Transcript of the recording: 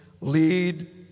lead